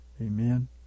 Amen